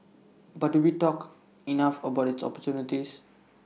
but do we talk enough about its opportunities